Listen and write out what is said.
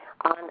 on